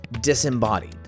disembodied